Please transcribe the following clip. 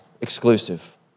exclusive